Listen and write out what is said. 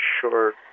sure